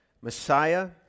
Messiah